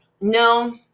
No